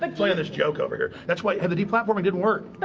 but playing this joke over here, that's why the de-platforming didn't work.